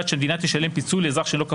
שהמדינה תשתלם פיצוי לאזרח שנעצר שלא כחוק,